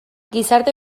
gizarte